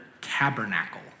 tabernacle